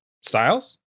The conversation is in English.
Styles